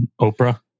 Oprah